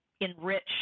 enrich